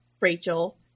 Rachel